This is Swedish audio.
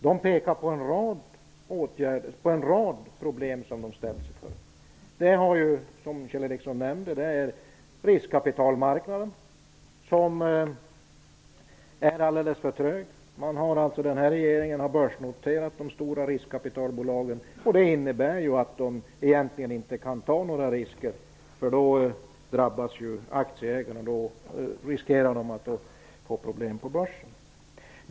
De pekar på en rad problem som de ställs inför. Kjell Ericsson nämnde riskkapitalmarknaden, och den är alldeles för trög. Regeringen har alltså börsnoterat de stora riskkapitalbolagen, och det innebär att de egentligen inte kan ta några risker, därför att aktieägarna då drabbas och riskerar att få problem på börsen.